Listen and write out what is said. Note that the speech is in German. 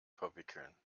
verwickeln